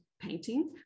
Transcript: painting